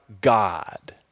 God